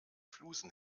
flusen